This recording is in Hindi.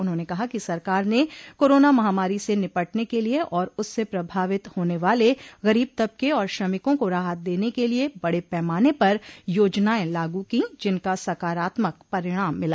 उन्होंने कहा कि सरकार ने कोरोना महामारी से निपटने के लिये आर उससे प्रभावित होने वाले गरीब तबके और श्रमिकों को राहत देने के लिये बड़े पैमाने पर योजनाएं लागू की जिनका सकारात्मक परिणाम मिला